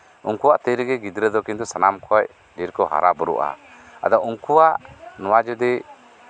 ᱩᱱᱠᱩᱣᱟᱜ ᱛᱤ ᱨᱮᱜᱮ ᱜᱤᱫᱽᱨᱟᱹ ᱫᱚ ᱥᱟᱱᱟᱢ ᱠᱷᱚᱡ ᱡᱟᱹᱥᱛᱤ ᱠᱚ ᱦᱟᱨᱟ ᱵᱳᱨᱳᱜᱼᱟ ᱟᱫᱚ ᱩᱱᱠᱩᱣᱟᱜ ᱱᱚᱣᱟ ᱡᱚᱫᱤ